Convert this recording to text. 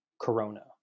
Corona